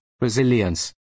resilience